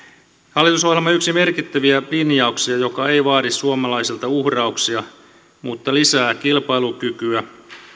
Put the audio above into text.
hallitusohjelman yksi merkittäviä linjauksia joka ei vaadi suomalaisilta uhrauksia mutta lisää kilpailukykyä